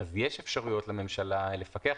אפשרויות לממשלה לפקח,